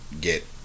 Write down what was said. get